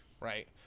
right